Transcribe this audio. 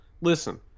listen